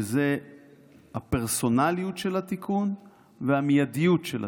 וזה הפרסונליות של התיקון והמיידיות של התיקון.